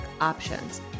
options